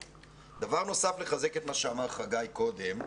דבר נוסף, לחזק את מה שאמר קודם חגי.